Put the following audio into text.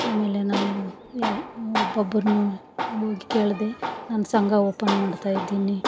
ಆಮೇಲೆ ನಾನು ಯಾವ ಒಬ್ಬೊಬ್ರುನ್ನು ಹೋಗಿ ಕೇಳಿದೆ ನಾನು ಸಂಘ ಓಪನ್ ಮಾಡ್ತಾಯಿದ್ದಿನಿ